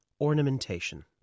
ornamentation